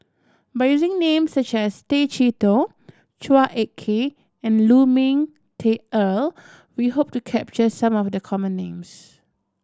by using names such as Tay Chee Toh Chua Ek Kay and Lu Ming Teh Earl we hope to capture some of the common names